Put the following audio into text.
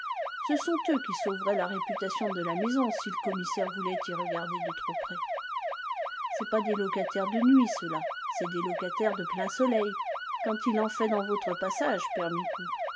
ce sont eux qui sauveraient la réputation de la maison si le commissaire voulait y regarder de trop près c'est pas des locataires de nuit ceux-là c'est des locataires de plein soleil quand il en fait dans votre passage